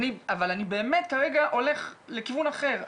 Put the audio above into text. אבל אני באמת הולך כרגע לכיוון אחר,